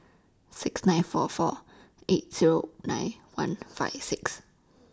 six nine four four eight Zero nine one five six